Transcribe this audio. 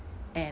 and